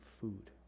food